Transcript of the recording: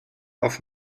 auf